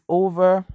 over